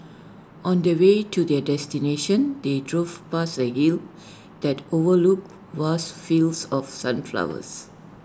on the way to their destination they drove past A hill that overlooked vast fields of sunflowers